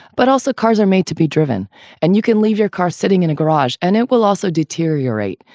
but also, cars are made to be driven and you can leave your car sitting in a garage and it will also deteriorate.